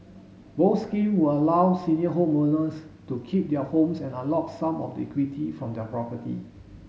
both scheme will allow senior homeowners to keep their homes and unlock some of the equity from their property